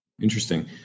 Interesting